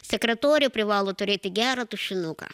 sekretorė privalo turėti gerą tušinuką